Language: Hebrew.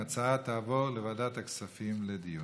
ההצעה תעבור לוועדת הכספים לדיון.